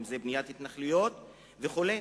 אם זה לבניית התנחלויות וכו'?